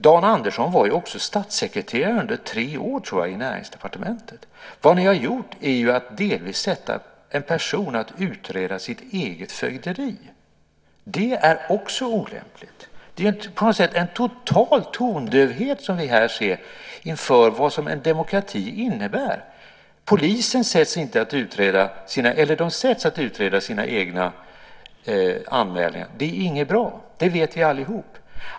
Dan Andersson var ju också statssekreterare under tre år, tror jag, i Näringsdepartementet. Vad ni har gjort är ju att delvis sätta en person att utreda sitt eget fögderi. Det är också olämpligt. Det är på något sätt en total tondövhet som vi här ser inför vad en demokrati innebär. Polisen sätts att utreda sina egna anmälningar. Det är inte bra. Det vet vi allihop.